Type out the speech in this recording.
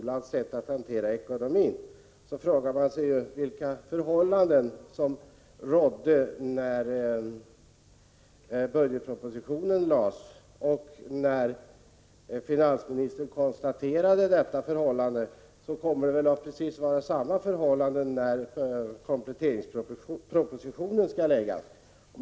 1986/87:109 skolans sätt att hantera ekonomin frågar man sig vilka förhållanden som 23 april 1987 rådde när budgetpropositionen lades fram. Det kommer väl att råda samma förhållanden när kompletteringspropositionen skall läggas fram.